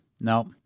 No